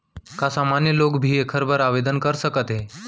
का सामान्य लोग भी एखर बर आवदेन कर सकत हे?